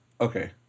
Okay